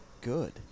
good